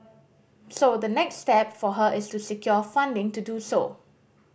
so the next step for her is to secure funding to do so